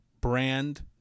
brand